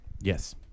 Yes